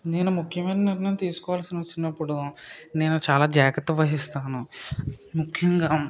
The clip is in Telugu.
నేను ముఖ్యమైన నిర్ణయం తీసుకోవలసి వచ్చినపుడు నేను చాలా జాగ్రత్త వహిస్తాను ముఖ్యంగా